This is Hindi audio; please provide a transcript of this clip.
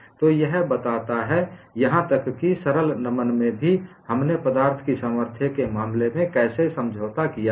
तो यह बताता है यहां तक कि सरल नमन में भी हमने पदार्थ की सामर्थ्य के मामले में कैसे समझौता किया है